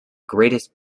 greatest